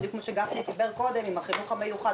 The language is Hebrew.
בדיוק כפי שגפני דיבר קודם לגבי החינוך המיוחד,